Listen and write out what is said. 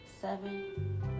seven